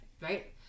right